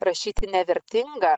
rašyti nevertinga